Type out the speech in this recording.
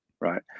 right